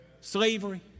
slavery